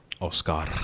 oscar